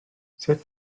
sut